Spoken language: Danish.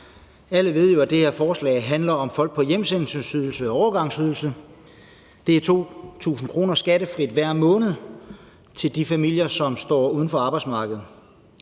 Alle ved jo, at det her forslag handler om folk på hjemsendelsesydelse og overgangsydelse. Det er 2.000 kr. skattefrit hver måned til de familier, som står uden for arbejdsmarkedet.